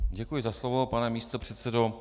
Děkuji za slovo, pane místopředsedo.